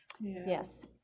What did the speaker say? Yes